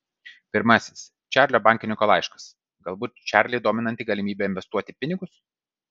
pirmasis čarlio bankininko laiškas galbūt čarlį dominanti galimybė investuoti pinigus